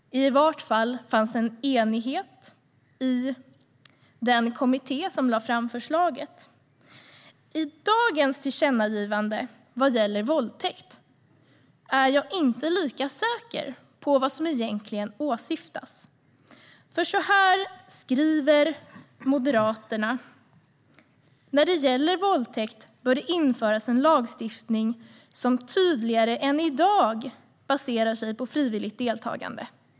I varje fall fanns en enighet i den kommitté som lade fram förslaget. I dagens tillkännagivande vad gäller våldtäkt är jag inte lika säker på vad som egentligen åsyftas. Så här skriver Moderaterna: När det gäller våldtäkt bör det införas en lagstiftning som tydligare än i dag baserar sig på frivilligt deltagande.